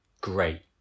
great